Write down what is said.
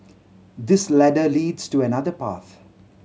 this ladder leads to another path